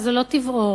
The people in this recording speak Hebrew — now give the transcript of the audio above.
אבל זה לא טבעו